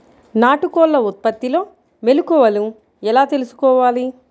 నాటుకోళ్ల ఉత్పత్తిలో మెలుకువలు ఎలా తెలుసుకోవాలి?